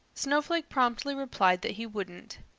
snowflake promptly replied that he wouldn't.